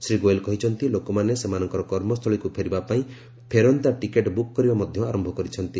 ଶ୍ରୀ ଗୋଏଲ କହିଛନ୍ତି ଲୋକମାନେ ସେମାନଙ୍କର କର୍ମସ୍ଥଳୀକୁ ଫେରିବା ପାଇଁ ଫେରନ୍ତା ଟିକେଟ୍ ବୁକ୍ କରିବା ମଧ୍ୟ ଆରମ୍ଭ କରିଛନ୍ତି